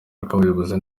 abayobozi